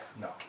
No